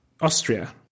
Austria